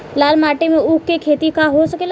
लाल माटी मे ऊँख के खेती हो सकेला?